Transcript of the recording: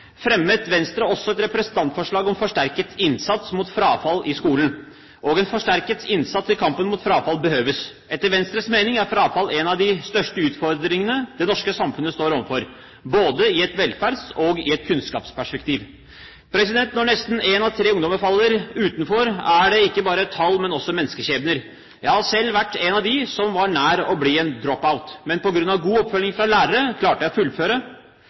fremmet Venstre et representantforslag om forsterket innsats mot frafall i skolen. En forsterket innsats i kampen mot frafall behøves. Etter Venstres mening er frafall en av de største utfordringene det norske samfunnet står overfor, både i et velferdsperspektiv og i et kunnskapsperspektiv. Når omtrent én av tre ungdommer faller utenfor, er det ikke bare tall, men også menneskeskjebner. Jeg har selv vært en av dem som var nær ved å bli en «drop-out», men på grunn av god oppfølging fra lærere klarte jeg å fullføre.